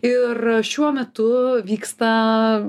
ir šiuo metu vyksta